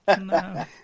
No